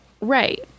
Right